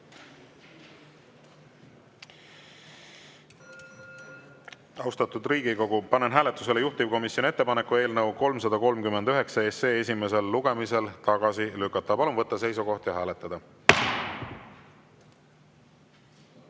Austatud Riigikogu, panen hääletusele juhtivkomisjoni ettepaneku eelnõu 339 esimesel lugemisel tagasi lükata! Palun võtta seisukoht ja hääletada!